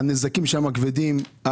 הנזקים שם כבדים.